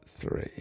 Three